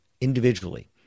individually